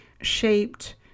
shaped